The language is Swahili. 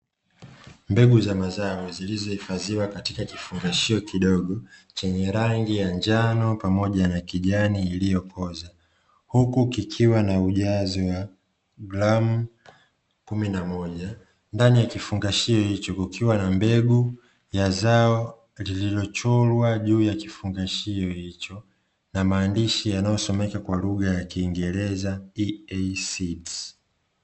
Mbegu za mazao zilizohifadhiwa katika kifungashio kidogo chenye rangi ya njano pamoja na kijani iliyokosa huku kikiwa na ujazo wa gramu 11 ndani ya kifungashie hii chuo kukiwa na mbegu ya zao lililochorwa juu ya kifungashio hicho na maandishi yanayosomeka kwa lugha ya kiingereza "Easeed".